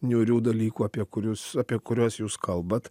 niūrių dalykų apie kurius apie kuriuos jūs kalbat